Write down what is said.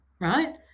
Right